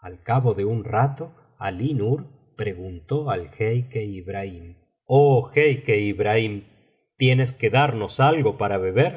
al cabo de un rato alí nur preguntó al jeique ibrahim oh jeique ibrahirn tienes que darnos algo para beber